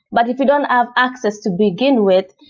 but if you don't have access to begin with,